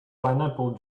pineapple